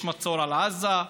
יש מצור על עזה,